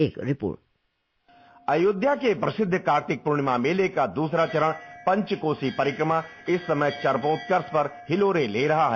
एक रिपोर्ट अयोध्या के प्रसिद्ध कार्तिक पूर्णिमा मेले का दूसरा चरण पंचकोसी परिक्रमा इस समय चरमोत्कर्ष पर हिलोरें ले रहा है